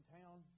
town